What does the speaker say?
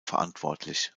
verantwortlich